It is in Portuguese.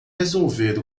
resolver